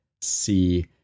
see